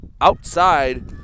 outside